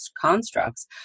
constructs